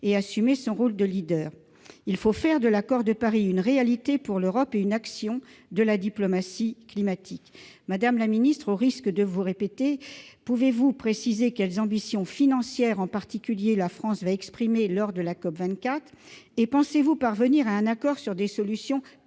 et assumer son rôle de. Il faut faire de l'accord de Paris une réalité pour l'Europe et une action de la diplomatie climatique. Madame la secrétaire d'État, au risque de vous répéter, pouvez-vous préciser quelles ambitions financières la France exprimera lors de la COP24 ? Pensez-vous parvenir à un accord sur des solutions